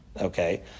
Okay